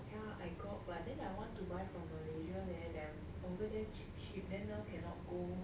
ya I got but then I want to buy from malaysia leh there over there cheap cheap then now cannot go